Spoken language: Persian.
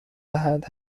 دهند